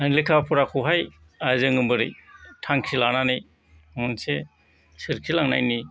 लेखा फराखौहाय जों बोरै थांखि लानानै मोनसे सोरखिलांनायनि